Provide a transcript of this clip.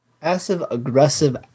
Passive-aggressive